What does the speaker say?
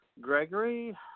Gregory